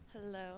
Hello